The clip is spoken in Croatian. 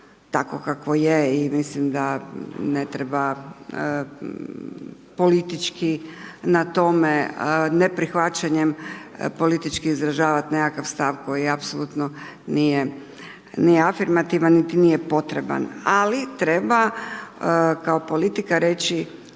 takvo kakvo je i mislim da ne treba politički na tome neprihvaćanjem politički izražavat nekakav stav koji apsolutno nije afirmativan, niti nije potreban. Ali treba kao politika reći